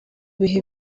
bihe